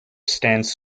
stands